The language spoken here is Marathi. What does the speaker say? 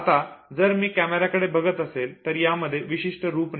आता जर मी कॅमेरा कडे बघत असेल तर यामध्ये विशिष्ट रूप नाही